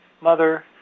Mother